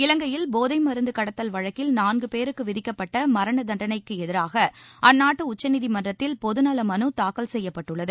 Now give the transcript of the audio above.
இலங்கையில் போதை மருந்து கடத்தல் வழக்கில் நான்கு பேருக்கு விதிக்கப்பட்ட மரண தண்டனை எதிராக அந்நாட்டு உச்சநீதிமன்றத்தில் பொதுநல மனு தாக்கல் செய்யப்பட்டுள்ளது